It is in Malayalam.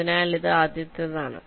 അതിനാൽ ഇത് ആദ്യത്തേതാണ്